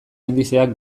indizeak